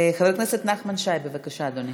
חבר הכנסת נחמן שי, בבקשה, אדוני.